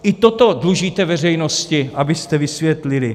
I toto dlužíte veřejnosti, abyste vysvětlili.